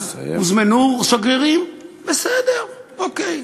אז הוזמנו שגרירים, בסדר, אוקיי,